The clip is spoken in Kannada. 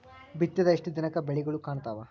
ಬಿತ್ತಿದ ಎಷ್ಟು ದಿನಕ ಬೆಳಿಗೋಳ ಕಾಣತಾವ?